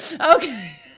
Okay